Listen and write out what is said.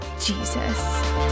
Jesus